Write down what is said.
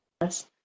yes